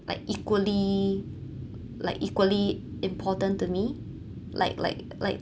like equally like equally important to me like like like